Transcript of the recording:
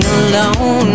alone